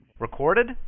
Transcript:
Recorded